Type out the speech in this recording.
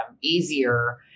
easier